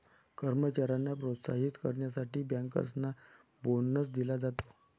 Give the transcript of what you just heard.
कर्मचाऱ्यांना प्रोत्साहित करण्यासाठी बँकर्सना बोनस दिला जातो